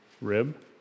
rib